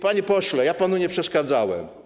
Panie pośle, ja panu nie przeszkadzałem.